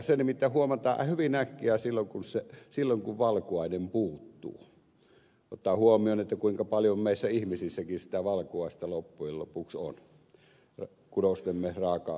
se nimittäin huomataan hyvin äkkiä silloin kun valkuainen puuttuu ottaen huomioon kuinka paljon meissä ihmisissäkin sitä valkuaista loppujen lopuksi on kudostemme rakennusaineena